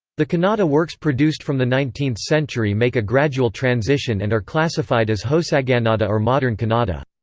the kannada works produced from the nineteenth century make a gradual transition and are classified as hosagannada or modern kannada.